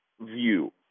view